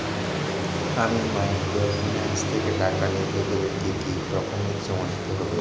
আমি মাইক্রোফিন্যান্স থেকে টাকা নিতে গেলে কি কি ডকুমেন্টস জমা দিতে হবে?